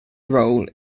role